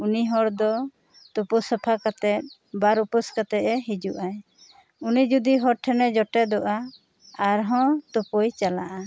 ᱩᱱᱤ ᱦᱚᱲ ᱫᱚ ᱛᱳᱯᱳ ᱥᱟᱯᱷᱟ ᱠᱟᱛᱮ ᱵᱟᱨ ᱩᱯᱟᱹᱥ ᱠᱟᱛᱮᱜᱼᱮ ᱦᱤᱡᱩᱜᱼᱟᱭ ᱩᱱᱤ ᱡᱩᱫᱤ ᱦᱚᱲ ᱴᱷᱮᱱᱼᱮ ᱡᱚᱴᱮᱫᱚᱜᱼᱟ ᱟᱨᱦᱚᱸ ᱛᱳᱯᱳᱭ ᱪᱟᱞᱟᱜᱼᱟ